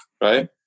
right